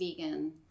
Vegan